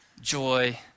joy